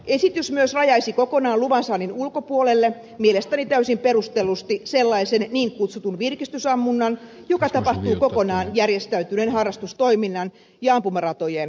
esitys myös rajaisi kokonaan luvansaannin ulkopuolelle mielestäni täysin perustellusti sellaisen niin kutsutun virkistysammunnan joka tapahtuu kokonaan järjestäytyneen harrastustoiminnan ja ampumaratojen ulkopuolella